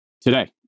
Today